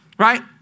Right